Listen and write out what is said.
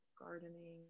Gardening